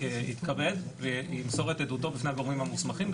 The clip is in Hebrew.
יתכבד וימסור את עדותו בפני הגורמים המוסמכים,